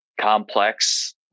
complex